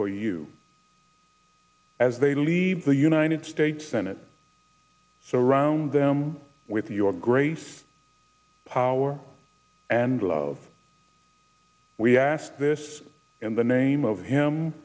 for you as they leave the united states senate surround them with your grace power and lo we asked this in the name of him